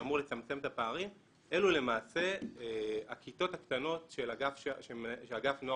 אלו למעשה הכיתות הקטנות שאגף נוער